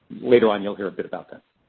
later on, you'll hear a bit about that.